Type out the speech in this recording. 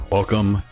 Welcome